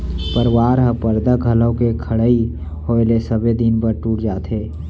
परवार ह परदा घलौ के खड़इ होय ले सबे दिन बर टूट जाथे